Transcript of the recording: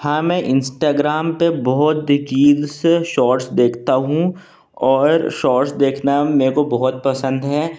हाँ मैं इंस्टाग्राम पर बहुत किल्स शौट्स देखता हूँ और शौर्टस देखना मेरे को बहुत पसंद है